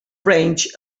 range